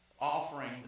offering